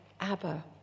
Abba